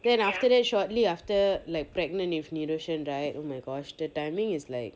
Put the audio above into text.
then after that shortly after like pregnant if niroshan right oh my gosh the timing is like